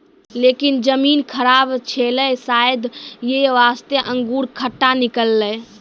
लेकिन जमीन खराब छेलै शायद यै वास्तॅ अंगूर खट्टा निकललै